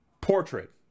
portrait